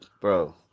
bro